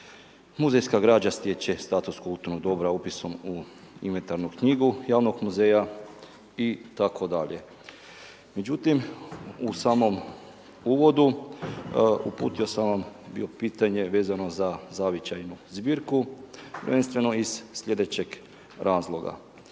muzejska građa stječe status kulturnog dobra upisom u inventarnu knjigu javnog muzeja itd. Međutim, u samom uvodu uputio sam vam bio pitanje vezano za zavičajnu zbirku prvenstveno iz slijedećeg razloga.